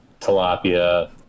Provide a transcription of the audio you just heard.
tilapia